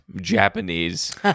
Japanese